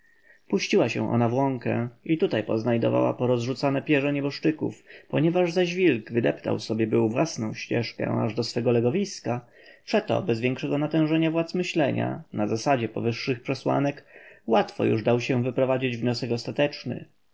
puściła się ona w łąkę i tutaj poznajdowała porozrzucane pierze nieboszczyków ponieważ zaś wilk wydeptał sobie był własną ścieżkę aż do swego legowiska przeto bez wielkiego natężenia władz myślenia na zasadzie powyższych przesłanek łatwo już dał się wyprowadzić wniosek ostateczny